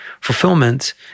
fulfillment